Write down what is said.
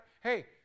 hey